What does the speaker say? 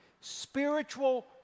spiritual